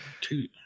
two